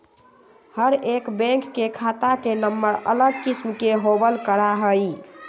हर एक बैंक के खाता के नम्बर अलग किस्म के होबल करा हई